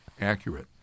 accurate